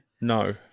No